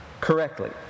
correctly